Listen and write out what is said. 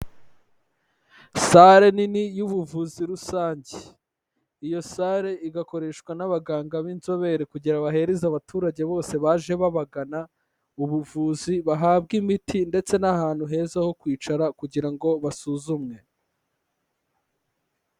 Sale nini y'ubuvuzi rusange. Iyo sale igakoreshwa n'abaganga b'inzobere kugira ngo baheze abaturage bose baje babagana ubuvuzi, bahabwe imiti ndetse n'ahantu heza ho kwicara kugira ngo basuzumwe.